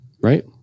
right